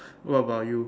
what about you